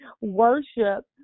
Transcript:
Worship